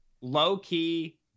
Low-key